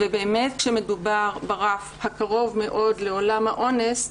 כשמדובר ברף הקרוב מאוד לעולם האונס,